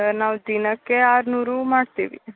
sir ನಾವು ದಿನಕ್ಕೆ ಆರುನೂರು ಮಾಡ್ತಿವಿ